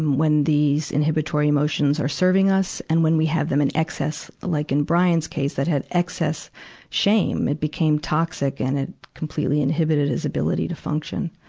and when these inhibitory emotions are serving us and when we have them in excess, like in brian's case that had excess shame. it became toxic and it completely inhibited his ability to function.